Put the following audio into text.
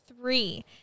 three